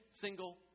single